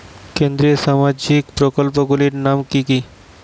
কেন্দ্রীয় সামাজিক প্রকল্পগুলি নাম কি কি?